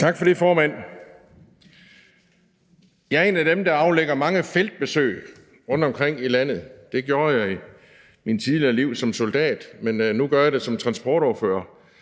Tak for det, formand. Jeg er en af dem, der aflægger mange feltbesøg rundtomkring i landet. Det gjorde jeg i mit tidligere liv som soldat, men nu gør jeg det som transportordfører.